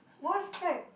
what fact